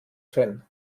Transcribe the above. fan